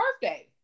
birthday